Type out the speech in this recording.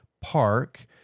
Park